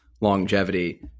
longevity